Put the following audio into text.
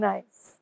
Nice